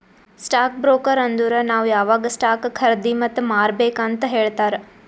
stock broker ಅಂದುರ್ ನಾವ್ ಯಾವಾಗ್ ಸ್ಟಾಕ್ ಖರ್ದಿ ಮತ್ ಮಾರ್ಬೇಕ್ ಅಂತ್ ಹೇಳ್ತಾರ